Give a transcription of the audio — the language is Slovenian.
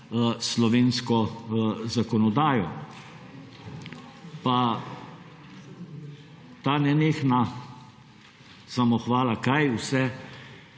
slovensko zakonodajo. Pa ta nenehna samohvala, kaj vse